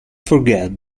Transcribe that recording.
forget